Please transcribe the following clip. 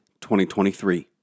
2023